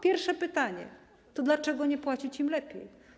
Pierwsze pytanie: To dlaczego nie płacić im lepiej?